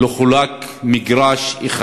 לא חולק בהם מגרש אחד,